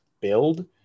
build